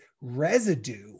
residue